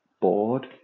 bored